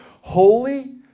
holy